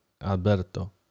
Alberto